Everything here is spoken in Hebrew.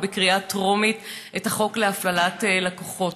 בקריאה טרומית את החוק להפללת לקוחות.